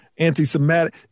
anti-Semitic